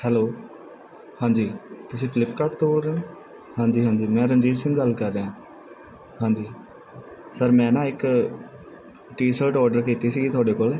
hello ਹਾਂਜੀ ਤੁਸੀਂ ਫਲਿਪਕਾਰਟ ਤੋਂ ਬੋਲ ਰਹੇ ਹੋ ਹਾਂਜੀ ਹਾਂਜੀ ਮੈਂ ਰਣਜੀਤ ਸਿੰਘ ਗੱਲ ਕਰ ਰਿਹਾ ਹਾਂਜੀ ਸਰ ਮੈਂ ਨਾ ਇੱਕ ਟੀਸ਼ਰਟ ਔਡਰ ਕੀਤੀ ਸੀ ਤੁਹਾਡੇ ਕੋਲੋਂ